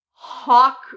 hawk